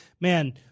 man